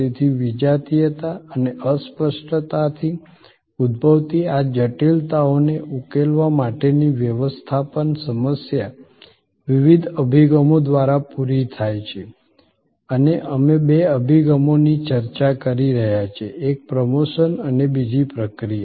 તેથી વિજાતીયતા અને અસ્પષ્ટતાથી ઉદ્ભવતી આ જટિલતાઓને ઉકેલવા માટેની વ્યવસ્થાપન સમસ્યા વિવિધ અભિગમો દ્વારા પૂરી થાય છે અને અમે બે અભિગમોની ચર્ચા કરી રહ્યા છીએ એક પ્રમોશન અને બીજી પ્રક્રિયા